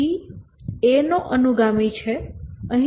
C એ A નો અનુગામી છે